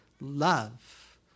love